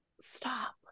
Stop